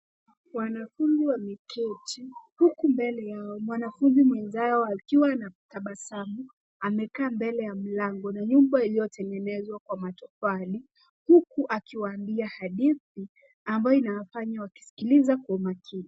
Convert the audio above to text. Wanafunzi wameketi huku mbele mwanafunzi mwenzao akiwa na tabasamu amekaa mbele ya mlango na nyumba iliyotengenezwa kwa matofali huku akiwaambia hadithi inawafanya wakisikiliza kwa makini.